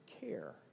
care